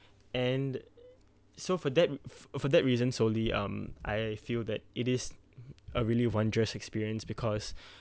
and the so for that for that reason solely um I feel that it is a really wondrous experience because